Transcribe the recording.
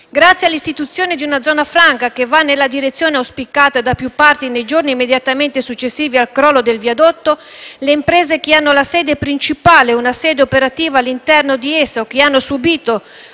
Grazie all’istituzione di una zona franca che va nella direzione auspicata da più parti nei giorni immediatamente successivi al crollo del viadotto, le imprese che hanno la sede principale o una sede operativa all’interno di esso o che hanno subìto,